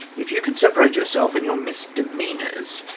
if you can separate yourself and your misdemeanours,